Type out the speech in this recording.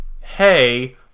hey